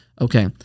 okay